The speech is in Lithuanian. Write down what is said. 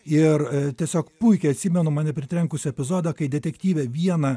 ir tiesiog puikiai atsimenu mane pritrenkusį epizodą kai detektyvė vieną